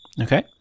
Okay